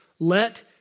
Let